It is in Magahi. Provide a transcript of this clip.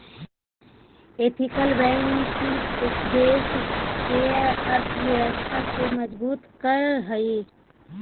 एथिकल बैंकिंग देश के अर्थव्यवस्था के मजबूत करऽ हइ